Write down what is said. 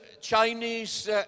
Chinese